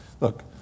Look